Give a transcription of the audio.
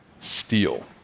steel